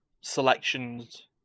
selections